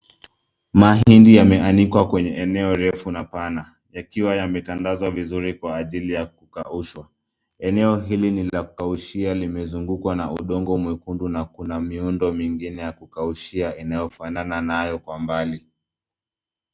Mahindi yameanikwa kwenye eneo refu na pana yakiwa yametandazwa vizuri kwa ajili ya kukaushwa. Eneo hili la kukuashia limezungukwa na udongo mwekundu na kuna miundo mingine ya kukaushia inayofanana nayo kwa mbali.